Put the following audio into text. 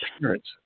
parents